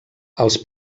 els